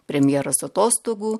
premjeras atostogų